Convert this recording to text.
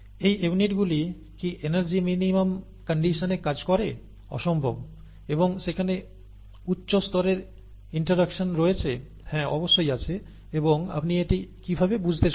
এই ইউনিটগুলি কি এনার্জি মিনিমাম কন্ডিশনে কাজ করে অসম্ভব এবং সেখানে উচ্চ স্তরের ইন্টারাকশন রয়েছে হ্যাঁ অবশ্যই আছে এবং আপনি এটি কিভাবে বুঝতে চলেছেন